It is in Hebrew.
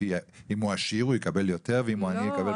אם הוא עשיר הוא יקבל יותר ואם הוא עני הוא יקבל פחות?